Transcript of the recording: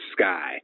sky